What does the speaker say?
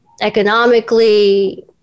economically